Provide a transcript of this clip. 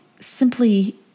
simply